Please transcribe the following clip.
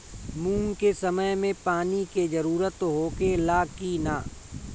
मूंग के समय मे पानी के जरूरत होखे ला कि ना?